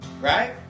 right